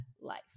Life